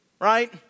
Right